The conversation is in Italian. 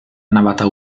navata